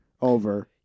Over